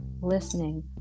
listening